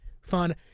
fun